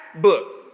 book